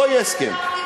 לא יהיה הסכם.